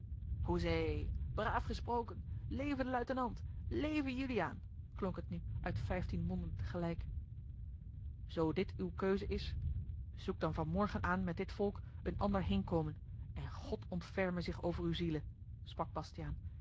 hoezee braaf gesproken leve de luitenant leve juliaan klonk het nu uit vijftien monden tegelijk zoo dit uwe keuze is zoek dan van morgen aan met dit volk een ander heenkomen en god ontferme zich over uwe ziele sprak bastiaan